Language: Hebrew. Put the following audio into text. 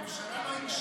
שאתה תהיה זה, אני מרגיש,